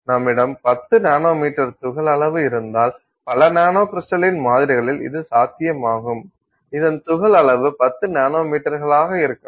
நம்மிடம் 10 நானோமீட்டர் துகள் அளவு இருந்தால் பல நானோகிரிஸ்டலின் மாதிரிகளில் இது சாத்தியமாகும் இதன் துகள் அளவு 10 நானோமீட்டர்களாக இருக்கலாம்